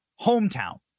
hometown